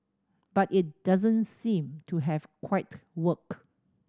but it doesn't seem to have quite worked